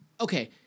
Okay